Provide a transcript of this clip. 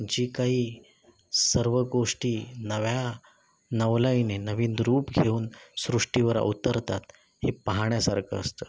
जी काही सर्व गोष्टी नव्या नवलाईने नवीन रूप घेऊन सृष्टीवर अवतरतात हे पाहण्यासारखं असतं